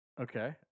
Okay